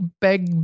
big